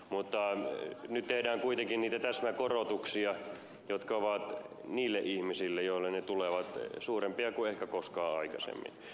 mutta nyt tehdään kuitenkin niitä täsmäkorotuksia jotka ovat niille ihmisille joille ne tulevat suurempia kuin ehkä koskaan aikaisemmin